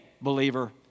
believer